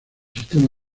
sistema